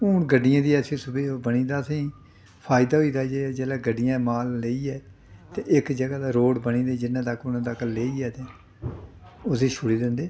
हून गड्डियें दा ऐसी सुवि ओह् बनी दा असें गी फायदा होई दा जे जेल्लै गड्डियां माल लेइयै ते इक ज'गा दा रोड़ बनी दी जिन्ने तक उन्ने तक लेइयै ते उस्सी छोड़ी दिंदे